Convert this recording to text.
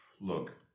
Look